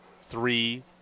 three